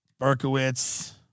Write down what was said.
Berkowitz